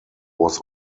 was